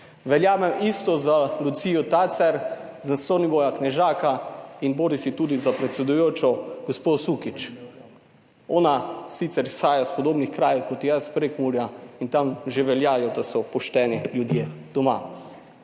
Verjamem isto za Lucijo Tacer, za Soniboja Knežaka in bodisi tudi za predsedujočo gospo Sukič, ona sicer izhaja iz podobnih krajev kot jaz, iz Prekmurja in tam že veljajo, da so pošteni ljudje doma.